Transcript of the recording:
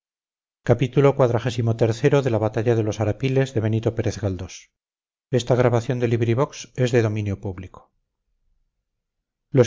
los